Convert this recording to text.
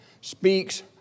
speaks